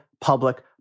public